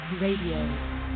Radio